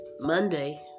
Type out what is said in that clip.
Monday